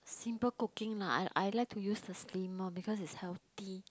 simple cooking lah I I like to use the steamer because it's healthy